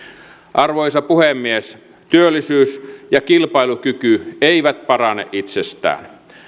arvoisa puhemies työllisyys ja kilpailukyky eivät parane itsestään